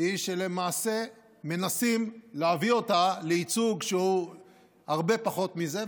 היא שלמעשה מנסים להביא אותה לייצוג שהוא הרבה פחות מזה,